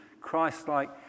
Christ-like